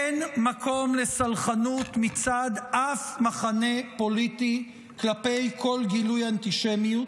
אין מקום לסלחנות מצד אף מחנה פוליטי כלפי כל גילוי אנטישמיות.